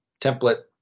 template